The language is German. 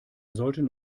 sollten